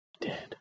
dead